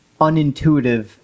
unintuitive